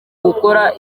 gukora